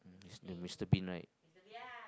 um it's the Mister-Bean right